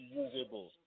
usable